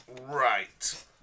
Right